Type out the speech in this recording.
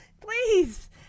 please